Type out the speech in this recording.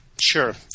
Sure